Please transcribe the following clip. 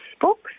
books